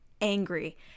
angry